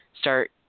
start